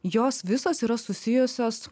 jos visos yra susijusios